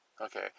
Okay